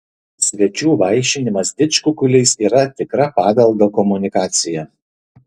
svečių vaišinimas didžkukuliais yra tikra paveldo komunikacija